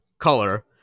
color